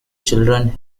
children